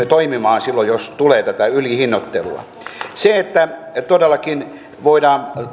toimimaan silloin jos tulee tätä ylihinnoittelua se että todellakin voidaan